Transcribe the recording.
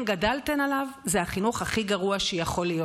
גדלתן עליו זה החינוך הכי גרוע שיכול להיות.